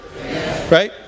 Right